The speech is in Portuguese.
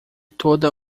toda